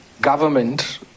government